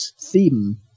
theme